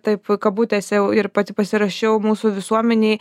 taip kabutėse jau ir pati pasirašiau mūsų visuomenei